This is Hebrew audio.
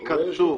ייכנסו.